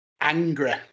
angry